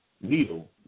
Needle